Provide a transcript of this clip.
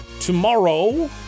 tomorrow